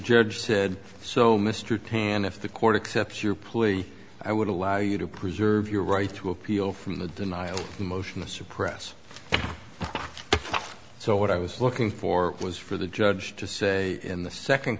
judge said so mr tan if the court accept your plea i would allow you to preserve your right to appeal from the denial of a motion to suppress so what i was looking for was for the judge to say in the second